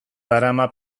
darama